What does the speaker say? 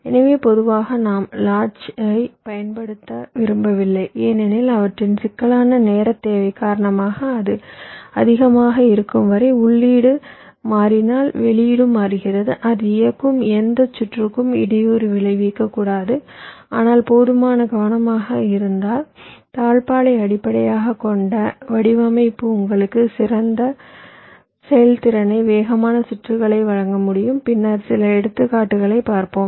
எனவே பொதுவாக நாம் லாட்ச்சை பயன்படுத்த விரும்பவில்லை ஏனெனில் அவற்றின் சிக்கலான நேரத் தேவை காரணமாக அது அதிகமாக இருக்கும் வரை உள்ளீடு மாறினால் வெளியீட்டும் மாறுகிறதுஅது இயக்கும் எந்த சுற்றுக்கும் இடையூறு விளைவிக்கக் கூடாது ஆனால் போதுமான கவனமாக இருந்தால் தாழ்ப்பாளை அடிப்படையாகக் கொண்ட வடிவமைப்பு உங்களுக்கு சிறந்த செயல்திறனை வேகமான சுற்றுகளை வழங்க முடியும் பின்னர் சில எடுத்துக்காட்டுகளைப் பார்ப்போம்